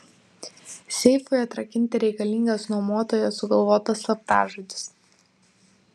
seifui atrakinti reikalingas nuomotojo sugalvotas slaptažodis